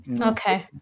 Okay